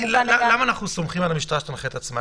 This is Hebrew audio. למה אנחנו סומכים על המשטרה שתנחה את עצמה?